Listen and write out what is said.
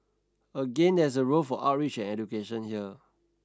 again there is a role for outreach and education here